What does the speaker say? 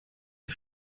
les